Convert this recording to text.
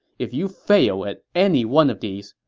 if you fail at any one of these,